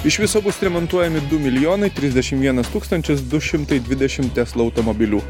iš viso bus remontuojami du milijonai trisdešim vienas tūkstantis du šimtai dvidešim tesla automobilių